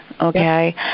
okay